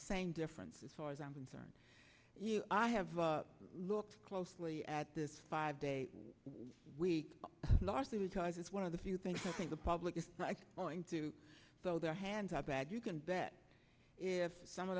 same difference as far as i'm concerned i have closely at this five day week largely because it's one of the few things i think the public is going to throw their hands up bad you can bet if some of